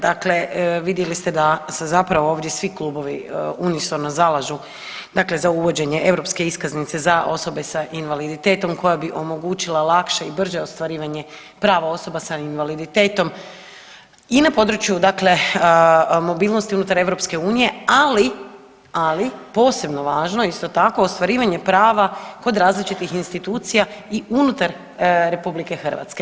Dakle, vidjeli ste da se zapravo ovdje svi klubovi unisono zalažu dakle za uvođenje Europske iskaznice za osobe sa invaliditetom koja bi omogućila lakše i brže ostvarivanje prava osoba s invaliditetom i na području dakle mobilnosti unutar EU, ali, ali, posebno važno, isto tako, ostvarivanje prava kod različitih institucija i unutar RH.